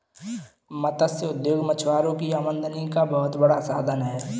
मत्स्य उद्योग मछुआरों की आमदनी का बहुत बड़ा साधन है